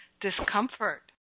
discomfort